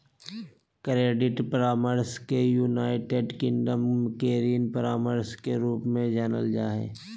credit परामर्श के United Kingdom में ऋण परामर्श के रूप में जानल जा हइ